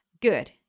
Good